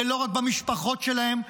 ולא רק במשפחות שלהם,